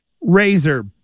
Razor